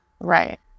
Right